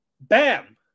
bam